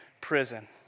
prison